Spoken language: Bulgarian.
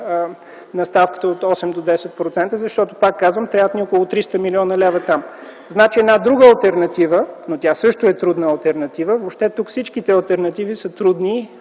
на ставката от 8 до 10%, защото пак казвам, че ни трябват около 300 млн. лв. там. Една друга алтернатива, която също е трудна алтернатива, въобще тук всичките алтернативи са трудни